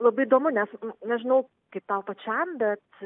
labai įdomu nes nežinau kaip tau pačiam bet